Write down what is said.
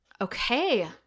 Okay